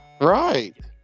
right